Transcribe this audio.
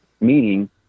meaning